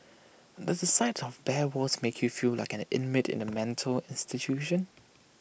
does the sight of bare walls make you feel like an inmate in A mental institution